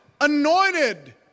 Anointed